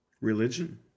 Religion